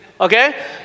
Okay